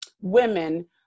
women